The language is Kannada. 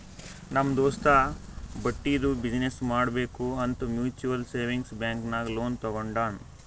ನಮ್ ದೋಸ್ತ ಬಟ್ಟಿದು ಬಿಸಿನ್ನೆಸ್ ಮಾಡ್ಬೇಕ್ ಅಂತ್ ಮ್ಯುಚುವಲ್ ಸೇವಿಂಗ್ಸ್ ಬ್ಯಾಂಕ್ ನಾಗ್ ಲೋನ್ ತಗೊಂಡಾನ್